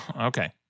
Okay